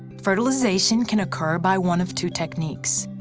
fertilization can occur by one of two techniques.